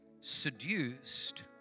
seduced